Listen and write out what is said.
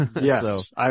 Yes